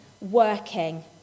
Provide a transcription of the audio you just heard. working